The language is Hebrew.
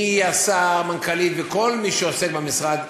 השר, המנכ"לית וכל מי שעוסק בכך במשרד,